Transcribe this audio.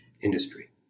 industry